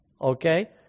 okay